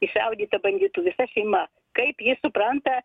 iššaudyta banditų visa šeima kaip jis supranta